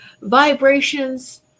vibrations